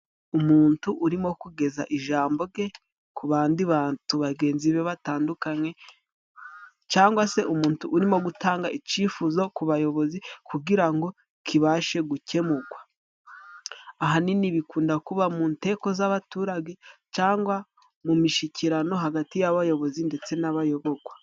Umuntu urimo kugeza ijambo rye ku bandi bantu bagenzi be batandukanye, cyangwa se umuntu urimo gutanga icyifuzo ku bayobozi kugira ngo kibashe gukemurwa. Ahanini bikunda kuba mu nteko z'abaturage cyangwa mu mishyikirano hagati y'abayobozi ndetse n'abayoborwa.